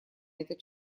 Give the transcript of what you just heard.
этот